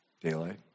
Daylight